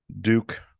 Duke